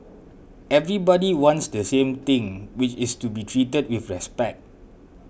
everybody wants the same thing which is to be treated with respect